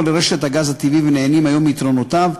לרשת הגז הטבעי ונהנים היום מיתרונותיו,